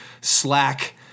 Slack